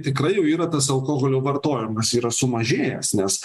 tikrai jau yra tas alkoholio vartojimas yra sumažėjęs nes